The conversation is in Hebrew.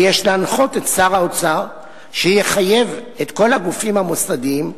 כי יש להנחות את שר האוצר שיחייב את כל הגופים המוסדיים,